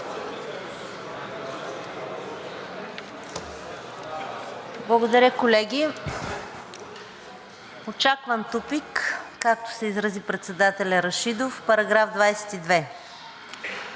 Благодаря, колеги. Очакван тупик, както се изрази председателят Рашидов, § 22.